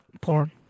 Porn